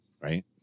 right